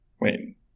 Wait